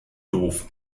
doof